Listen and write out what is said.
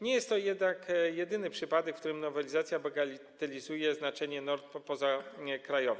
Nie jest to jednak jedyny przypadek, w którym nowelizacja bagatelizuje znaczenie norm pozakrajowych.